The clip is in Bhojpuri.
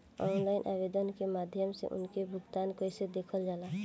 ऑनलाइन आवेदन के माध्यम से उनके भुगतान कैसे देखल जाला?